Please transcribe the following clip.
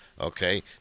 Okay